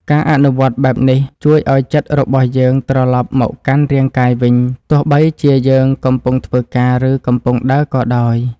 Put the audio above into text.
ការអនុវត្តបែបនេះជួយឱ្យចិត្តរបស់យើងត្រឡប់មកកាន់រាងកាយវិញទោះបីជាយើងកំពុងធ្វើការ ឬ កំពុងដើរក៏ដោយ។